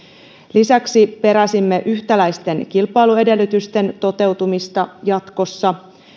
lisäksi peräsimme yhtäläisten kilpailuedellytysten toteutumista jatkossa